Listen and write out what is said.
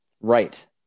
Right